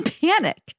panic